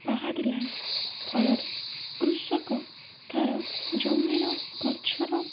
ବାହାରିଲା ଫଳରେ କୃଷକ ତା'ର ଜମିର ଗଛର